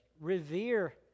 revere